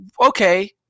okay